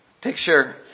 Picture